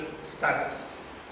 status